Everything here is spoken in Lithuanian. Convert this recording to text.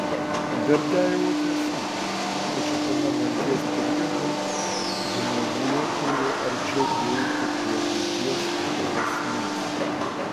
berdiajevo tiesa kad šitame nakties periode žmonija turi arčiau prieiti prie buities prasmės